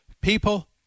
people